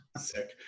Sick